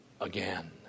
again